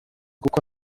kuko